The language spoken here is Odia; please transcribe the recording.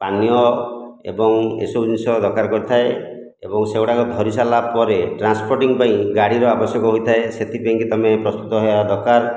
ପାନୀୟ ଏବଂ ଏସବୁ ଜିନିଷ ଦରକାର କରିଥାଏ ଏବଂ ସେଗୁଡ଼ାକ ଧରିସାରିଲା ପରେ ଟ୍ରାନ୍ସପୋଟିଙ୍ଗ ପାଇଁ ଗାଡ଼ିର ଆବଶ୍ୟକ ହୋଇଥାଏ ସେଥିପାଇଁ କି ତୁମେ ପ୍ରସ୍ତୁତ ରହିବା ଦରକାର